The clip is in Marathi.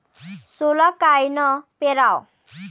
सोला कायनं पेराव?